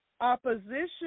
opposition